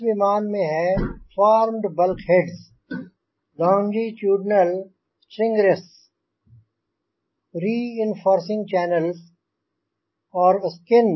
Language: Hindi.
इस विमान में है formed bulkheads longitudinal stringers reinforcing channels और स्किन